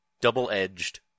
double-edged